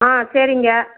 ஆ சரிங்க